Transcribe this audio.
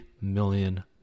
million